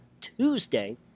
Tuesday